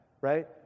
right